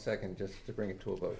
second just to bring it to a vote